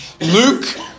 Luke